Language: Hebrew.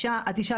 את אישה,